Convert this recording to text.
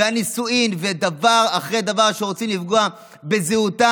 הנישואין ודבר אחרי דבר שרוצים לפגוע בזהותה